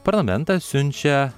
parlamentą siunčia